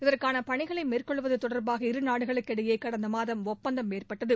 இதற்கான பணிகளை மேற்கொள்வது தொடர்பாக இரு நாடுகளுக்கிடையே கடந்த மாதம் ஒப்பந்தம் ்ஏற்பட்டது